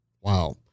Wow